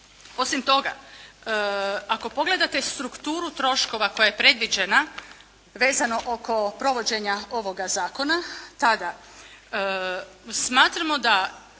Osim toga, ako pogledate strukturu troškova koja je predviđena vezano oko provođenja ovoga zakona tada smatramo da